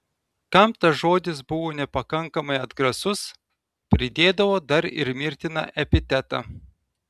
kam tas žodis buvo nepakankamai atgrasus pridėdavo dar ir mirtiną epitetą